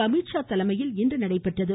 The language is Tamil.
அமித்ஷா தலைமையில் இன்று நடைபெற்றது